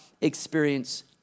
experience